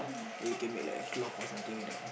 yeah